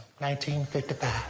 1955